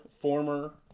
former